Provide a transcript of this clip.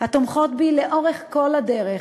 התומכות בי לאורך כל הדרך,